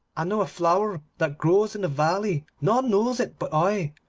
i know a flower that grows in the valley, none knows it but i.